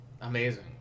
Amazing